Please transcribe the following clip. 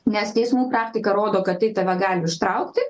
nes teismų praktika rodo kad tai tave gali ištraukti